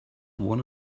one